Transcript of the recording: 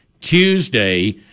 Tuesday